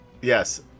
Yes